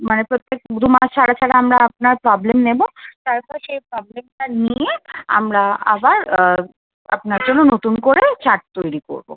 মানে প্রত্যেক দু মাস ছাড়া ছাড়া আমরা আপনার প্রবলেম নেবো তারপর সেই প্রবলেমটা নিয়ে আমরা আবার আপনার জন্য নতুন করে চার্ট তৈরি করবো